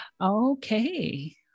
Okay